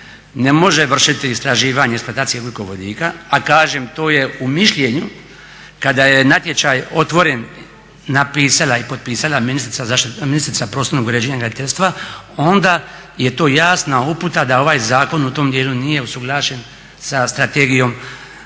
ne može vršiti istraživanje eksploatacije ugljikovodika a kažem to je u mišljenju kada je natječaj otvoren napisala i potpisala ministrica prostornog uređenja i graditeljstva onda je to jasna uputa da ovaj zakon u tom dijelu nije usuglašen sa Strategijom